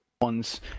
ones